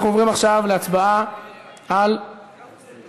אנחנו עוברים עכשיו להצבעה על ההסתייגות